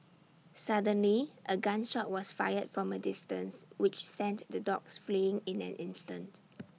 suddenly A gun shot was fired from A distance which sent the dogs fleeing in an instant